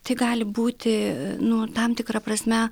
tai gali būti nu tam tikra prasme